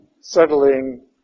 settling